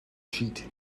sheet